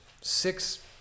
six